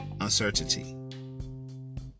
uncertainty